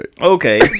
Okay